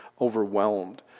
overwhelmed